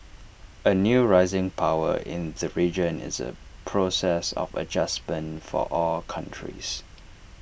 A new rising power in the region is A process of adjustment for all countries